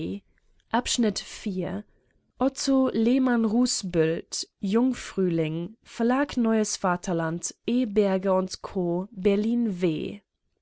otto lehmann-rußbüldt jung-frühling verlag neues vaterland e berger co berlin w